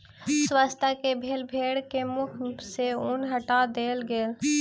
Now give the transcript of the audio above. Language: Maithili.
स्वच्छता के लेल भेड़ के मुख सॅ ऊन हटा देल गेल